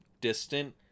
distant